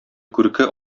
күрке